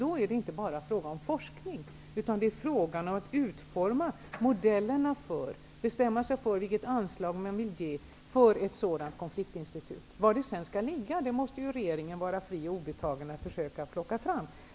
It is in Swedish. Då är det inte bara fråga om forskning. Det är fråga om att utforma modellerna för och bestämma sig för vilket anslag man vill ge ett sådant konfliktinstitut. Var det sedan skall ligga måste vara regeringen fritt och obetaget att försöka plocka fram.